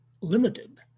limited